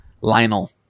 Lionel